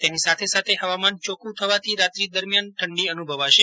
તેની સાથે સાથ હવામાન ચોખ્બું થવાથી રાત્રી દરમિયાન ઠંડી અનુભવાશે